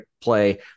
play